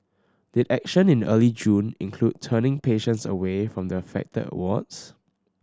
did action in early June include turning patients away from the affected wards